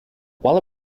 while